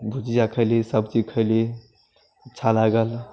भुजिया खइली सब्जी खइली अच्छा लागल